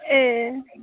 ए